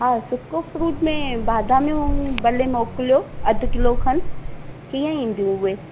हा सुको फ्रूट में बादमियूं भले मोकिलियो अधु किलो खनि कीअं ईंदीयूं उहे